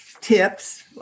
tips